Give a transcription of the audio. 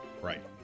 Right